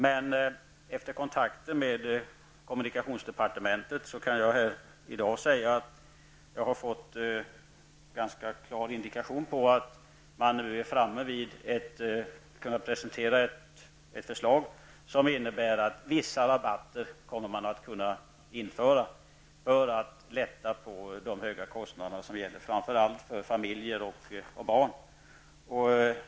Men efter kontakter med kommunikationsdepartementet kan jag här i dag säga att jag har fått en ganska klar indikation på att man nu skall kunna presentera ett förslag som innebär att man kommer att införa vissa rabatter för att minska de höga kostnaderna, framför allt för familjer och barn.